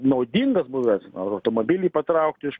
naudingas buvęs ar automobilį patraukti iš